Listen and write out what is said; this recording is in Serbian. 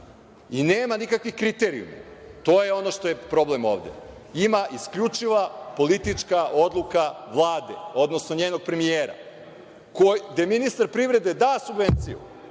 Nema nikakvih kriterijuma, to je ono što je problem ovde. Ima isključiva politička odluka Vlade, odnosno njenog premijera, gde ministar privrede da subvenciju